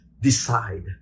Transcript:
decide